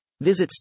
Visit